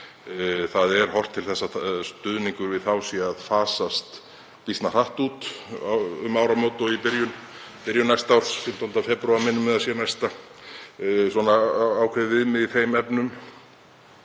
Það er horft til þess að stuðningur við þá sé að fasast býsna hratt út um áramót og í byrjun næsta árs, 15. febrúar minnir mig að sé ákveðið viðmið í þeim efnum.